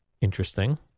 Interesting